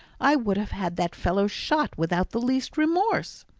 i would have had that fellow shot without the least remorse!